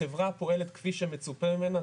החברה פועלת כפי שמצופה ממנה,